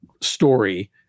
story